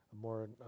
more